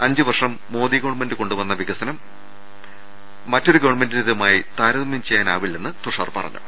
അഞ്ചു വർഷം മോദി ഗവൺമെന്റ് കൊണ്ടുവന്ന വികസനം മറ്റൊരു ഗവൺമെന്റിന്റേതുമായി താരതമ്യം ചെയ്യാ നാവില്ലെന്ന് തുഷാർ പറഞ്ഞു